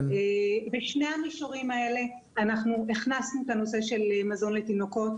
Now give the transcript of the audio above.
בשני המישורים האלה אנחנו הכנסנו את הנושא של מזון לתינוקות,